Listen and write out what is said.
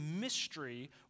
mystery